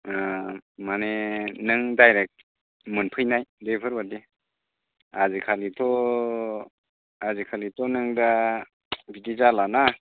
मानि नों डाइरेक्ट मोनफैनाय बेफोरबादि आजिखालिथ' आजिखालिथ' नों दा बिदि जालाना